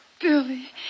Billy